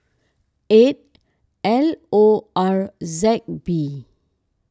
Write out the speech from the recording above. eight L O R Z B